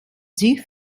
sich